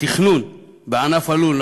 תכנון בענף הלול.